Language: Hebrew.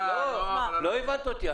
לא הבנת אותי.